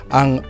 ang